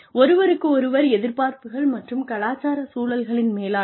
ஒருவருக்கொருவர் எதிர்பார்ப்புகள் மற்றும் கலாச்சார சூழல்களின் மேலாண்மை